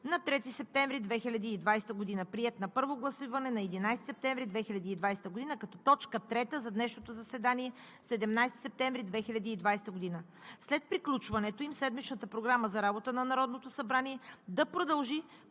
на 3 септември 2020 г., приет на първо гласуване на 11 септември 2020 г., като точка трета за днешното заседание – 17 септември 2020 г. След приключването им седмичната Програма за работа на Народното събрание да продължи